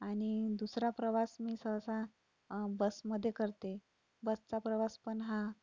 आणि दुसरा प्रवास मी सहसा बसमध्ये करते बसचा प्रवास पण हा